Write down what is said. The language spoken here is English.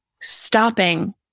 stopping